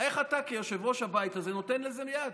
איך אתה כיושב-ראש הבית הזה נותן לזה יד?